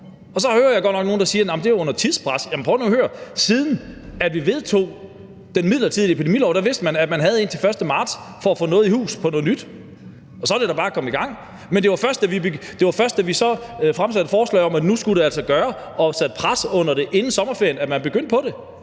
Så hører jeg godt nok nogle, der siger: Nej, men det var under tidspres. Jamen prøv nu at høre her: Siden vi vedtog den midlertidige epidemilov, har man vidst, at man havde indtil den 1. marts til at få noget nyt i hus. Så er det da bare at komme i gang. Men det var først, da vi så fremsatte et forslag om, at nu skulle det altså gøres, og vi satte pres på det inden sommerferien, at man begyndte på det.